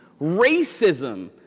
racism